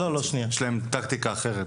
יש להם טקטיקה אחרת.